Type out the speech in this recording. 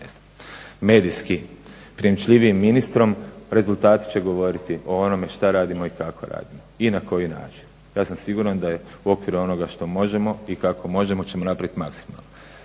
medijski primčljivijim ministrom, rezultati će govoriti o onome šta radimo i kako radimo, i na koji način. Ja sam siguran da je u okviru onoga što možemo i kako možemo, ćemo napravit maksimalno.